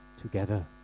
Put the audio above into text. together